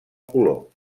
color